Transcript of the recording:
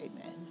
Amen